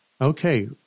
Okay